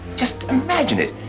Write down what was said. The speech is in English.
just imagine it,